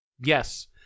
Yes